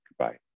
Goodbye